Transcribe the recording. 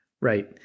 Right